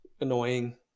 Annoying